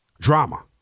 drama